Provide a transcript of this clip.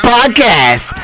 Podcast